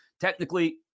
Technically